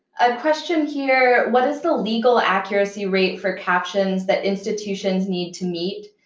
a question here what is the legal accuracy rate for captions that institutions need to meet?